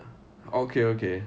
okay okay